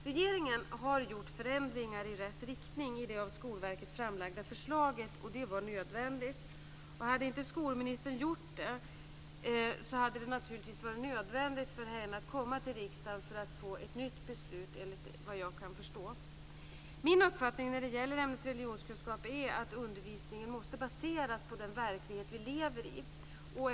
Regeringen har genomfört förändringar i rätt riktning i det av Skolverket framlagda förslaget, och det var nödvändigt. Hade skolministern inte gjort det, hade det varit nödvändigt för henne att komma till riksdagen för att få ett nytt beslut, enligt vad jag kan förstå. Min uppfattning när det gäller ämnet religionskunskap är att undervisningen måste baseras på den verklighet som vi lever i.